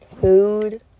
food